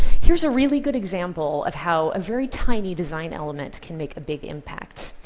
here's a really good example of how a very tiny design element can make a big impact.